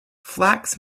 flax